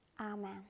Amen